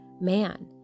man